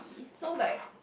so like